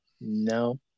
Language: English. No